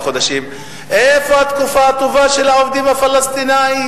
חודשים: איפה התקופה הטובה של העובדים הפלסטינים,